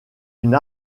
une